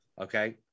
Okay